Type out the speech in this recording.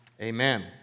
Amen